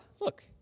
look